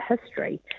history